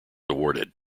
awarded